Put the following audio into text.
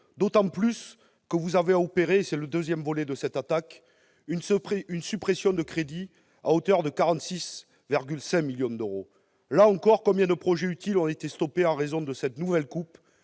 d'autant plus que vous avez opéré- c'est le deuxième volet de cette attaque -une suppression de crédits, à hauteur de 46,5 millions d'euros. Là encore, combien de projets utiles ont été stoppés en raison de cette nouvelle coupe,